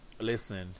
listen